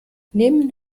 nehmen